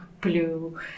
blue